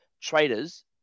traders